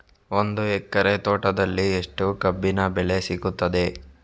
ಒಂದು ಎಕರೆ ತೋಟದಲ್ಲಿ ಎಷ್ಟು ಕಬ್ಬಿನ ಬೆಳೆ ಸಿಗುತ್ತದೆ?